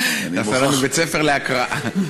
אנחנו בית-ספר להקראה.